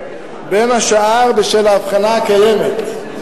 בין השאר בשל ההבחנה הקיימת,